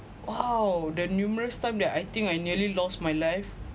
!wow! the numerous time that I think I nearly lost my life